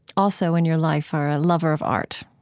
also in your life are a lover of art